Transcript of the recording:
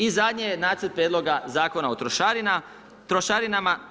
I zadnje je nacrt prijedloga Zakona o trošarinama.